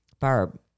Barb